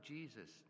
Jesus